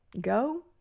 Go